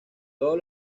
todos